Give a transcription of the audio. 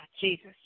Jesus